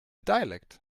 dialect